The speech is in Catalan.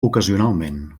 ocasionalment